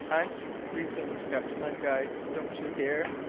hunt, resumed captain len guy, don't you hear?